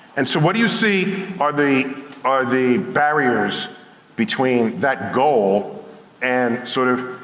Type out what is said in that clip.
and so, what do you see are the are the barriers between that goal and sort of,